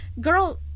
girl